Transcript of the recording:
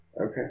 Okay